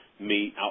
meet